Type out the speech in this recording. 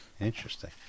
Interesting